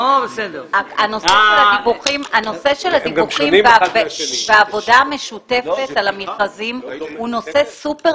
הנושא של הדיווחים והעבודה המשותפת על המכרזים הוא נושא סופר